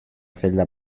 celda